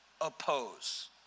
oppose